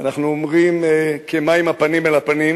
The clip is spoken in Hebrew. ואנחנו אומרים: "כמים הפנים לפנים